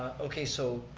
okay, so,